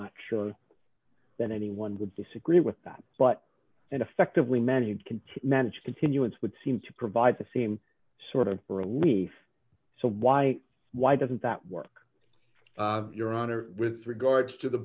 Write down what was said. not sure than anyone would disagree with that but and effectively many can to manage continuance would seem to provide the same sort of relief so why why doesn't that work your honor with regards to the